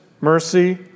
mercy